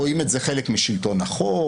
רואים את זה חלק משלטון החוק,